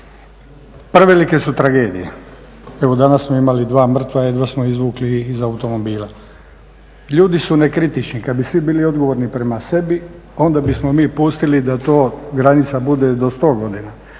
Prevelike su tragedije, evo danas smo imali 2 mrtva, jedva smo ih izvukli iz automobila. Ljudi su nekritični, kad bi svi bili odgovorni prema sebi onda bismo mi pustili da ta granica bude do 100 godina,